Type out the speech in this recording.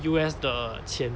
U_S 的钱